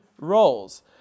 Roles